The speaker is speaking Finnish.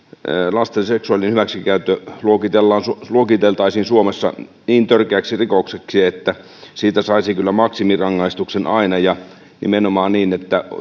lasten seksuaalinen hyväksikäyttö luokiteltaisiin luokiteltaisiin suomessa niin törkeäksi rikokseksi että siitä saisi kyllä maksimirangaistuksen aina ja nimenomaan niin että